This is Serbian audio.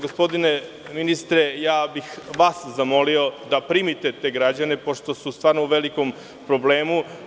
Gospodine ministre, vas bih zamolio da primite te građane, pošto su zaista u velikom problemu.